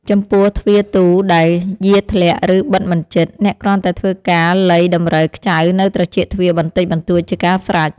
ចំពោះទ្វារទូដែលយារធ្លាក់ ឬបិទមិនជិត អ្នកគ្រាន់តែធ្វើការលៃតម្រូវខ្ចៅនៅត្រចៀកទ្វារបន្តិចបន្តួចជាការស្រេច។